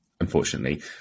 unfortunately